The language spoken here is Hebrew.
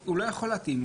הוא לא יכול להתאים.